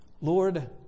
Lord